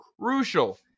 crucial